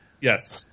Yes